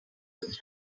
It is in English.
was